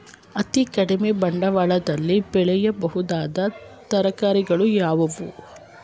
ಅತೀ ಕಡಿಮೆ ಬಂಡವಾಳದಲ್ಲಿ ಬೆಳೆಯಬಹುದಾದ ತರಕಾರಿಗಳು ಯಾವುವು?